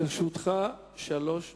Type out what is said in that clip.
לרשותך שלוש דקות.